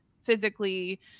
physically